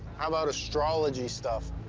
how about astrology stuff?